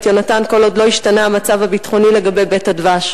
יהונתן" כל עוד לא השתנה המצב הביטחוני לגבי "בית הדבש"?